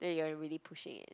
eh you're really pushing it